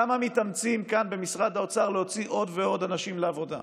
כמה מתאמצים כאן במשרד האוצר להוציא עוד ועוד אנשים לעבודה,